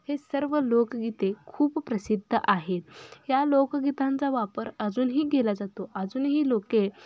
हे सर्व लोकगीते खूप प्रसिद्ध आहेत या लोकगीतांचा वापर अजूनही केला जातो अजूनही लोक